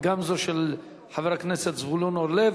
וגם זו של חבר הכנסת זבולון אורלב,